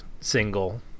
single